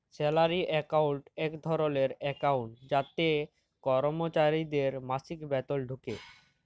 salary account এক ধরলের account যাতে করমচারিদের মাসিক বেতল ঢুকে